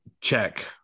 check